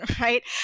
right